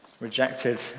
rejected